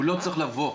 הוא לא צריך לבוא.